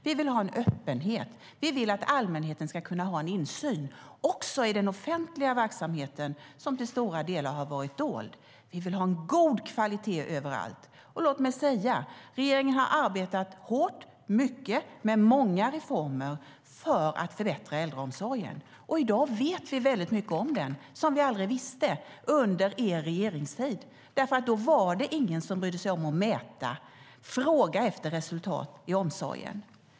Vi vill ha en öppenhet. Vi vill att allmänheten ska kunna ha insyn, också i den offentliga verksamheten, som till stora delar har varit dold. Vi vill ha en god kvalitet överallt. Låt mig säga: Regeringen har arbetat hårt och mycket med många reformer för att förbättra äldreomsorgen. I dag vet vi väldigt mycket om den som vi aldrig visste under er regeringstid, för då var det ingen som brydde sig om att mäta och fråga efter resultat i omsorgen.